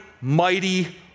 mighty